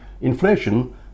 inflation